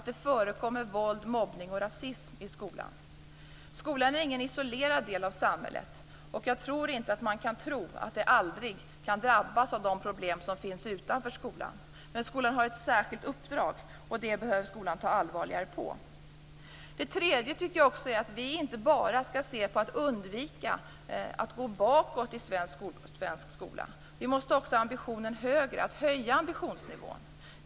Det förekommer våld, mobbning och rasism i skolan. Skolan är ingen isolerad del av samhället. Det går inte att tro att skolan aldrig kan drabbas av de problem som finns utanför skolan. Skolan har ett särskilt uppdrag, och det skall skolan ta allvarligt på. Det tredje problemet är att vi skall undvika att gå bakåt i svensk skola. Ambitionsnivån måste höjas.